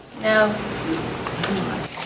No